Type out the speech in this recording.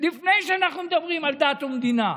לפני שאנחנו מדברים על דת ומדינה.